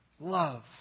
love